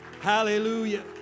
Hallelujah